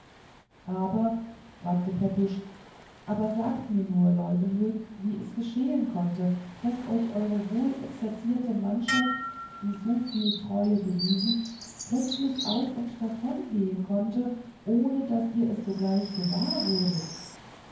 aber fragte pepusch aber sagt mir nur leuwenhoek wie es geschehen konnte daß euch eure wohlexerzierte mannschaft die so viel treue bewiesen plötzlich auf und davon gehen konnte ohne daß ihr es sogleich gewahr wurdet